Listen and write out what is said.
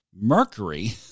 Mercury